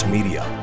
Media